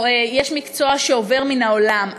או שיש מקצוע שעובר מהעולם,